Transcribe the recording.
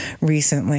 recently